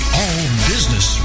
all-business